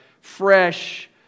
fresh